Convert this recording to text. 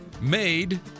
made